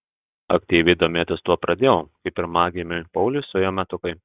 aktyviai domėtis tuo pradėjau kai pirmagimiui pauliui suėjo metukai